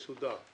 מסודר.